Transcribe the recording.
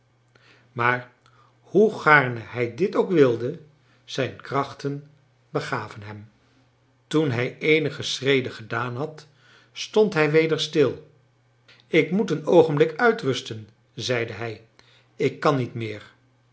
maar hoe gaarne hij dit ook wilde zijne krachten begaven hem toen hij eenige schreden gedaan had stond hij weder stil ik moet een oogenblik uitrusten zeide hij ik kan niet meer